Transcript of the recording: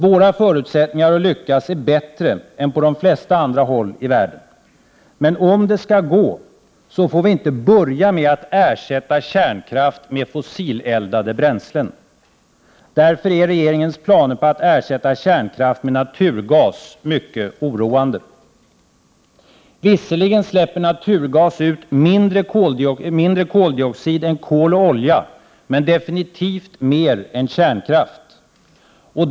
Våra förutsättningar att lyckas är bättre än på de flesta andra håll i världen. Men om det skall gå får vi inte börja med att ersätta kärnkraft med eldning av fossila bränslen. Därför är regeringens planer på att ersätta kärnkraft med naturgas oroande. Visserligen släpper naturgas ut mindre koldioxid än kol och olja men avgjort mer än kärnkraft.